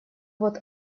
вот